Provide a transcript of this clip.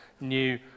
new